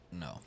no